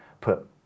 put